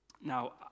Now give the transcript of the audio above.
Now